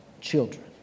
children